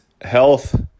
health